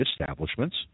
establishments